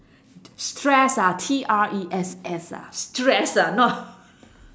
stress ah T R E S S ah stress ah not